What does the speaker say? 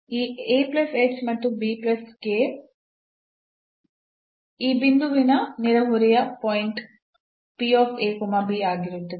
ಈ ಮತ್ತು ಈ ಬಿಂದುವಿನ ನೆರೆಹೊರೆ ಪಾಯಿಂಟ್ ಆಗಿರುತ್ತದೆ